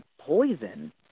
poison